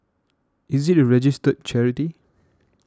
is it a registered charity